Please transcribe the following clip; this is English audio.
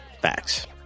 facts